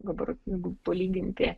dabar jeigu palyginti